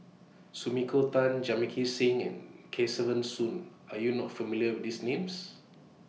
Sumiko Tan Jamit Singh and Kesavan Soon Are YOU not familiar with These Names